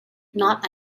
not